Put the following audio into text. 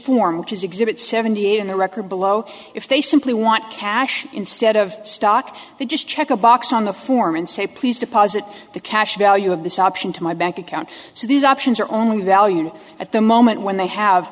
is exhibit seventy eight in the record below if they simply want cash instead of stock they just check a box on the form and say please deposit the cash value of this option to my bank account so these options are only valued at the moment when